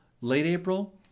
late-April